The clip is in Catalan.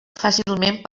fàcilment